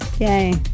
Yay